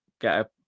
get